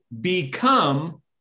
become